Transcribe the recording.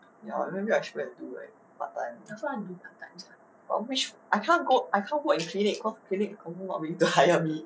ya maybe I should go and do like part time but which I can't go I can't work in clinic cause clinic confirm not willing to hire me